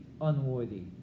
unworthy